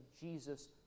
Jesus